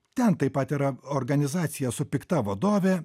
ten taip pat yra organizacija su pikta vadove